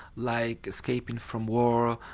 like escaping from war,